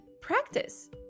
practice